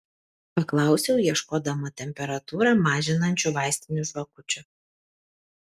paklausiau ieškodama temperatūrą mažinančių vaistinių žvakučių